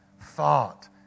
thought